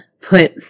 put